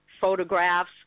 photographs